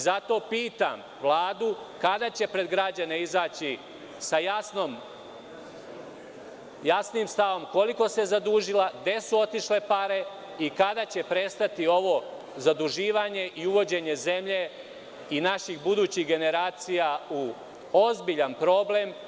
Zato pitam Vladu kada će pred građane izaći sa jasnim stavom koliko se zadužila, gde su otišle pare i kada će prestati ovo zaduživanje i uvođenje zemlje i naših budućih generacija u ozbiljan problem?